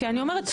כי אני אומרת,